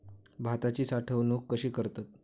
भाताची साठवूनक कशी करतत?